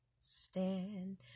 stand